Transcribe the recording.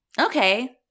okay